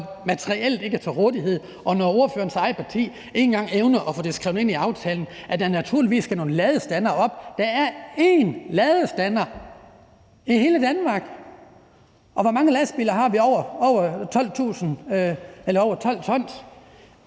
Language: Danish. materiellet ikke er til rådighed, og når ordførerens eget parti ikke evner at få det skrevet ind i aftalen, at der naturligvis skal nogle ladestandere op. Der er én ladestander i hele Danmark! Og hvor mange lastbiler på over 12 t har vi? Det